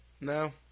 No